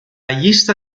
llista